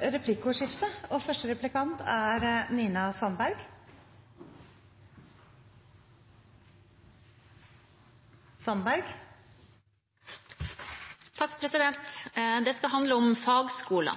replikkordskifte. Det skal handle om fagskoler.